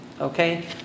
Okay